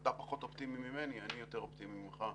אתה פחות אופטימי ממני, אני יותר אופטימי ממך,